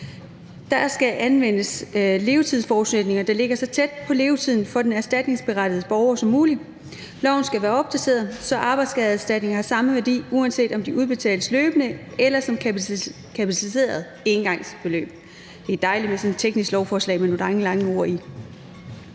Der skal anvendes levetidsforudsætninger, der ligger så tæt på levetiden for den erstatningsberettigede borger som muligt. Loven skal være opdateret, så arbejdsskadeerstatninger har samme værdi, uanset om de udbetales løbende eller som kapitaliserede engangsbeløb – det er dejligt med sådan et teknisk lovforslag med nogle dejlig lange ord i.